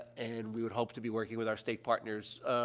and we would hope to be working with our state partners,